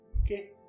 Okay